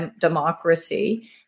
democracy